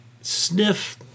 sniff